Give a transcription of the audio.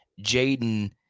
Jaden